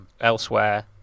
elsewhere